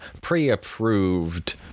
pre-approved